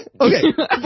Okay